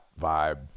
vibe